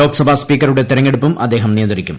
ലോക്സഭ സ്പീക്കറുടെ തെരഞ്ഞെടുപ്പും അദ്ദേഹം നിയന്ത്രിക്കും